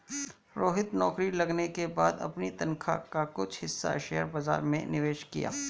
रोहित नौकरी लगने के बाद अपनी तनख्वाह का कुछ हिस्सा शेयर बाजार में निवेश किया